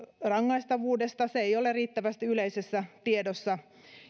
rangaistavuudesta se ei ole riittävästi yleisessä tiedossa